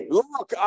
look